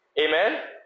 Amen